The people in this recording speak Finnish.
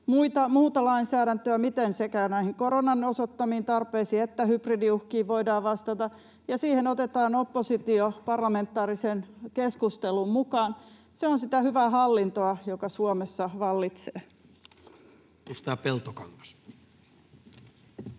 muuta lainsäädäntöä, miten sekä näihin koronan osoittamiin tarpeisiin että hybridiuhkiin voidaan vastata, ja siihen otetaan oppositio parlamentaariseen keskustelun mukaan. Se on sitä hyvää hallintoa, joka Suomessa vallitsee. [Speech